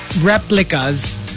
replicas